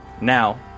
now